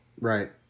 Right